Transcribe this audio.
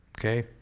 okay